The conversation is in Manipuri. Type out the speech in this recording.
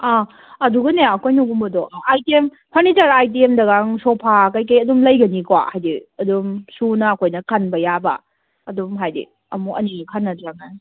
ꯑꯥ ꯑꯗꯨꯒꯅꯦ ꯀꯩꯅꯣꯒꯨꯝꯕꯗꯣ ꯑꯥꯏꯇꯦꯝ ꯐꯔꯅꯤꯆꯔ ꯑꯥꯏꯇꯦꯝꯗꯒꯥꯡ ꯁꯣꯐꯥ ꯀꯔꯤ ꯀꯔꯤ ꯑꯗꯨꯝ ꯂꯩꯒꯅꯤꯀꯣ ꯍꯥꯏꯗꯤ ꯑꯗꯨꯝ ꯁꯨꯅ ꯑꯩꯈꯣꯏꯅ ꯈꯟꯕ ꯌꯥꯕ ꯑꯗꯨꯝ ꯍꯥꯏꯗꯤ ꯑꯃꯨꯛ ꯑꯅꯤ ꯈꯟꯅꯗ꯭ꯔꯗꯗꯤ